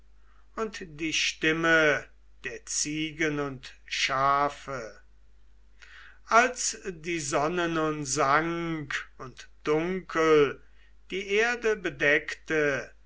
und die stimme der ziegen und schafe als die sonne nun sank und dunkel die erde bedeckte